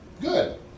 Good